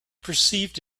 perceived